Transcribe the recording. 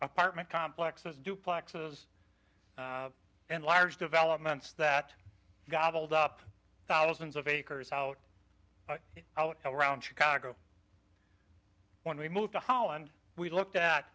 apartment complexes duplexes and large developments that gobbled up thousands of acres out around chicago when we moved to holland we looked at